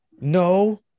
No